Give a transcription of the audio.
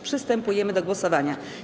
Przystępujemy do głosowania.